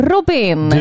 Robin